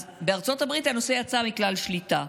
אז בארצות הברית הנושא יצא מכלל שליטה,